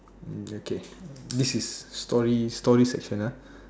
okay this is story story session ah